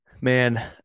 Man